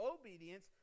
obedience